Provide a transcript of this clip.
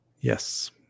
Yes